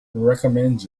recommends